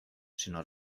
sinó